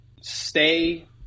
stay